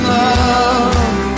love